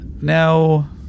Now